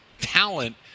talent